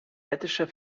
lettischer